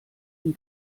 ihn